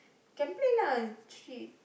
can play lah